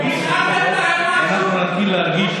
נשאר להם משהו?